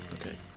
Okay